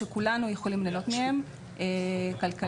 שכולנו יכולים להנות מהן כלכלית,